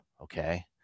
okay